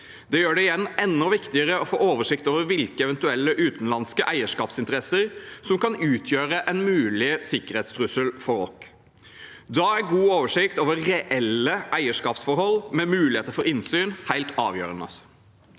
Det gjør det igjen enda viktigere å få oversikt over hvilke eventuelle utenlandske eierskapsinteresser som kan utgjøre en mulig sikkerhetstrussel for oss. Da er en god oversikt over reelle eierskapsforhold med muligheter for innsyn helt avgjørende.